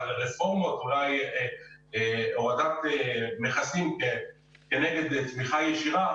על רפורמות או על הורדת מכסים כנגד תמיכה ישירה.